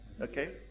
okay